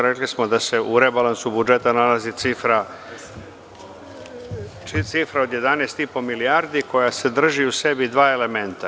Rekli smo da se u rebalansu budžeta nalazi cifra od 11,5 milijardi koja sadrži u sebi dva elementa.